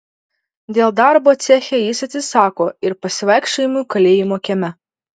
dėl darbo ceche jis atsisako ir pasivaikščiojimų kalėjimo kieme